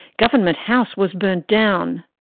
government house was burnt down.